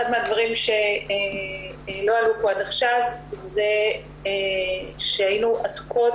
אחד הדברים שלא עלו פה עד עכשיו זה שהיינו עסוקות